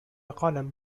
قلم